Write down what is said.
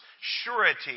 Surety